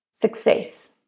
success